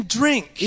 drink